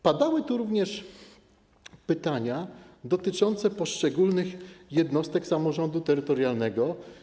Padały tu również pytania dotyczące poszczególnych jednostek samorządu terytorialnego.